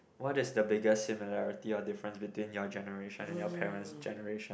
what is the biggest similarity or difference between your generation and your parent's generation